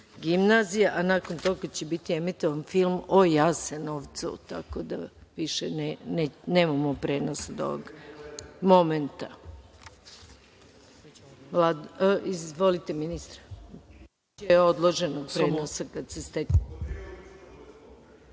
gimnazija, a nakon toga će biti emitovan film o Jasenovcu, tako da više nemamo prenos od ovog momenta. Izvolite, ministre.